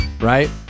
right